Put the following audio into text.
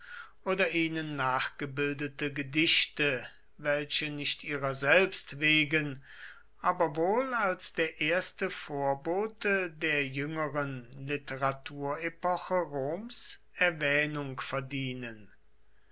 oder ihnen nachgebildete gedichte welche nicht ihrer selbst wegen aber wohl als der erste vorbote der jüngeren literaturepoche roms erwähnung verdienen